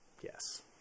Yes